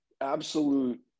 absolute